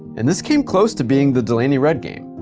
and this came close to being the delaney rudd game.